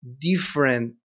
different